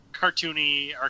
cartoony